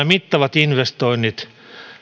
mittavat investoinnit